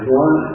one